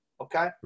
okay